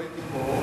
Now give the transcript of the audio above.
לא הייתי פה,